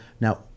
now